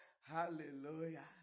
Hallelujah